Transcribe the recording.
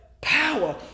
power